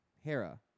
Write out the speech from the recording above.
Hera